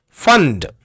Fund